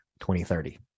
2030